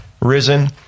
risen